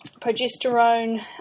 progesterone